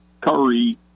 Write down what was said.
Curry